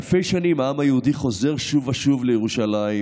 אלפי שנים העם היהודי חוזר שוב ושוב לירושלים